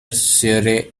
surrey